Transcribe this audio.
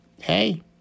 hey